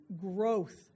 growth